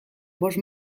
bost